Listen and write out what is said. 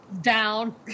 down